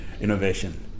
innovation